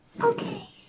Okay